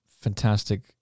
fantastic